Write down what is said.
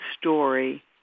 story